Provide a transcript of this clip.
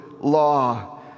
law